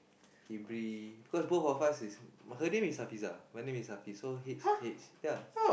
Hibri cause both of us is her name is Hafiza my name is Hafiz so H H ya